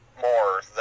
more